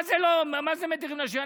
מה זה מדירים נשים?